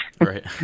Right